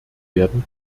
werden